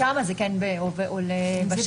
ברגע שזה במרשם אז זה כן עולה בשאילתה.